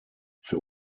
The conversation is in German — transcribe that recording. für